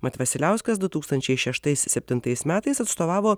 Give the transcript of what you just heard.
mat vasiliauskas du tūkstančiai šeštais septintais metais atstovavo